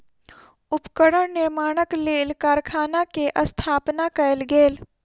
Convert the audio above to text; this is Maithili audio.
उपकरण निर्माणक लेल कारखाना के स्थापना कयल गेल